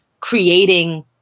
creating